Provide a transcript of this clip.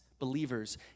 Believers